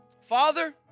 Father